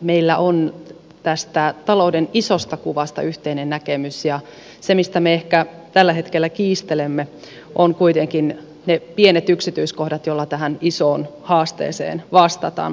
meillä on tästä talouden isosta kuvasta yhteinen näkemys ja se mistä me ehkä tällä hetkellä kiistelemme on kuitenkin ne pienet yksityiskohdat joilla tähän isoon haasteeseen vastataan